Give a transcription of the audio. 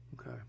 Okay